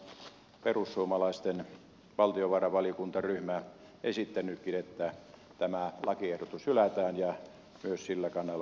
siellä on perussuomalaisten valtiovarainvaliokuntaryhmä esittänytkin että tämä lakiehdotus hylätään ja sillä kannalla olen minäkin että näin on tehtävä